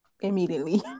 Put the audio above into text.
immediately